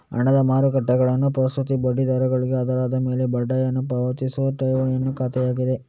ಹಣದ ಮಾರುಕಟ್ಟೆಗಳಲ್ಲಿ ಪ್ರಸ್ತುತ ಬಡ್ಡಿ ದರಗಳ ಆಧಾರದ ಮೇಲೆ ಬಡ್ಡಿಯನ್ನು ಪಾವತಿಸುವ ಠೇವಣಿ ಖಾತೆಯಾಗಿದೆ